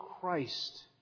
Christ